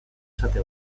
esate